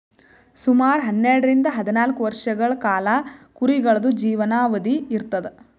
ಸುಮಾರ್ ಹನ್ನೆರಡರಿಂದ್ ಹದ್ನಾಲ್ಕ್ ವರ್ಷಗಳ್ ಕಾಲಾ ಕುರಿಗಳ್ದು ಜೀವನಾವಧಿ ಇರ್ತದ್